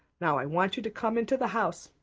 now, i want you to come into the house.